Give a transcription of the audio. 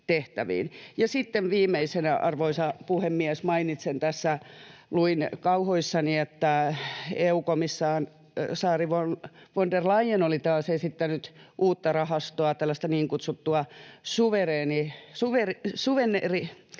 sitten viimeisenä, arvoisa puhemies, mainitsen tässä, kun luin kauhuissani, että EU-komissaari von der Leyen oli taas esittänyt uutta rahastoa, tällaista niin